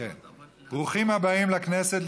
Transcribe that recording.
ברוכים הבאים לכנסת,